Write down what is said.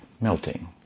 melting